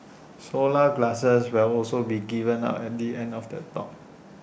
solar glasses will also be given out at the end of the talk